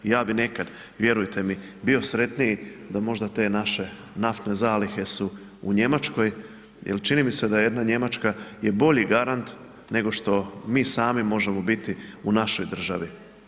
I ja bih nekad, vjerujte mi bio sretniji da možda te naše naftne zalihe su u Njemačkoj jer čini mi se da jedna Njemačka je bolji garant nego što mi sami možemo biti u našoj državi.